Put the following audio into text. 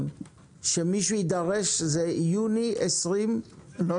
שמישהו יידרש לסיום התשלומים זה יולי 2023. לא,